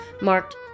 marked